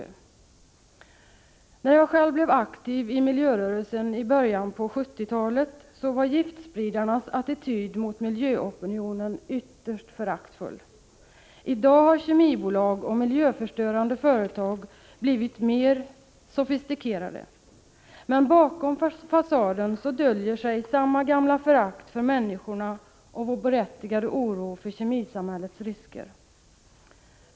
20 november 1985 När jag blev aktiv i miljörörelsen i början av 1970-talet var giftspridarnas = Ju. ep ooo attityd mot miljöopinionen ytterst föraktfull. I dag har kemibolag och miljöförstörande företag blivit mer sofistikerade. Men bakom fasaden döljer sig samma gamla förakt för människorna och vår berättigade oro för kemisamhällets risker.